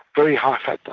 very high but